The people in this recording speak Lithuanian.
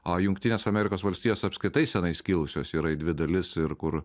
o jungtinės amerikos valstijos apskritai senai skilusios yra į dvi dalis ir kur